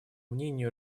мнению